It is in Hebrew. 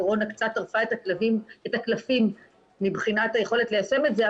הקורונה קצת טרפה את הקלפים מבחינת היכולת ליישם את זה,